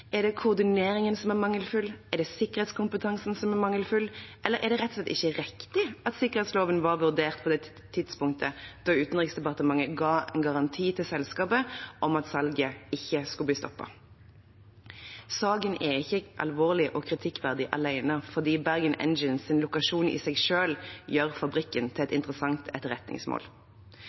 er det som skjer her? Er det koordineringen som er mangelfull? Er det sikkerhetskompetansen som er mangelfull? Eller er det rett og slett ikke riktig at sikkerhetsloven var vurdert på det tidspunktet da Utenriksdepartementet ga en garanti til selskapet om at salget ikke skulle bli stoppet? Saken er ikke alvorlig og kritikkverdig alene fordi Bergen Engines’ lokasjon i seg selv gjør fabrikken til et interessant etterretningsmål,